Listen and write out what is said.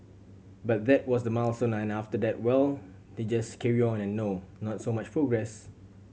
but that was the milestone and after that well they just carry on and no not so much progress